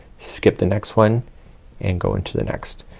skip the next one and go into the next.